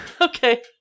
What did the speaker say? okay